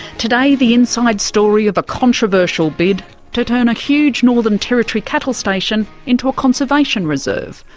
today, the inside story of a controversial bid to turn a huge northern territory cattle station into a conservation reserve,